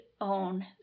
own